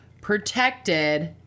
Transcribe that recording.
protected